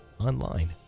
online